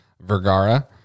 Vergara